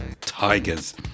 Tigers